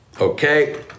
Okay